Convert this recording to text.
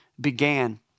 began